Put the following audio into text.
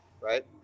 right